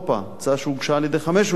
הצעה שהוגשה על-ידי חמש אוניברסיטאות: